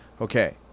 Okay